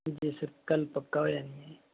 जी sir कल पक्का होई जानी ऐ